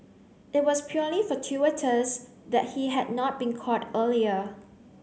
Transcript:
it was purely fortuitous that he had not been caught earlier